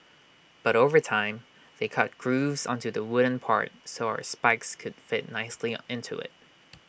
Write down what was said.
but over time they cut grooves onto the wooden part so our spikes could fit nicely into IT